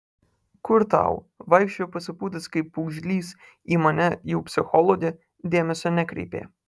kur tau vaikščiojo pasipūtęs kaip pūgžlys į mane jau psichologę dėmesio nekreipė